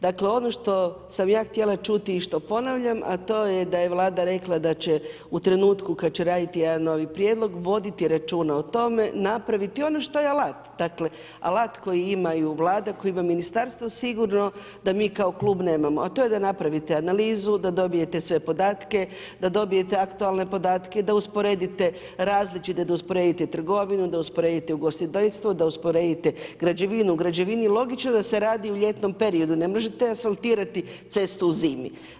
Dakle, ono što sam ja htjela čuti i što ponavljam, a to je da je Vlada rekla da će u trenutku kad će raditi jedan novi prijedlog voditi računa o tome, napraviti ono što je alat, dakle alat koji imaju Vlada, koje ima ministarstvo sigurno da mi kao klub nemamo, a to je da napravite analizu, da dobijete sve podatke, da dobijete aktualne podatke, da usporedite različite, da usporedite trgovinu, da usporedite ugostiteljstvo, da usporedite građevinu, u građevini je logično da se radi u ljetnom periodu, ne možete asfaltirati cestu u zimi.